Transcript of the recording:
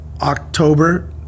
October